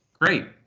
Great